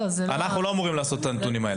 אנחנו לא אמורים לאסוף את הנתונים האלה.